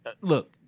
look